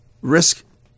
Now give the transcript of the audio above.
risk